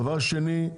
דבר שני,